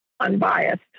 unbiased